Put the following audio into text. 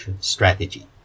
strategy